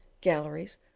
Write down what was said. galleries